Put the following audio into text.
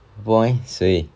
我不懂 eh 谁